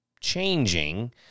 changing